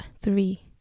three